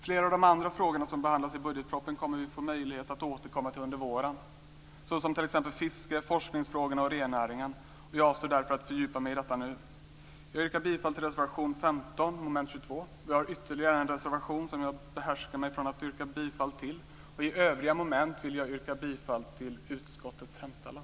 Flera av de andra frågor som behandlas i budgetpropositionen kommer vi att få möjlighet att återkomma till under våren, t.ex. fisket, forskningsfrågorna och rennäringen. Jag avstår därför från att fördjupa mig i detta nu. Vi har ytterligare en reservation som jag behärskar mig från att yrka bifall till. I övriga moment vill jag yrka bifall till utskottets hemställan.